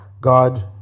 God